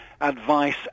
advice